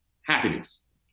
happiness